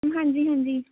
ma'am ਹਾਂਜੀ ਹਾਂਜੀ